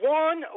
one